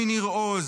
מניר עוז,